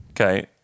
Okay